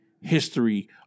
history